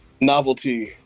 novelty